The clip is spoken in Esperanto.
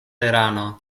irano